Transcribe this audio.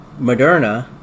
Moderna